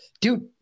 dude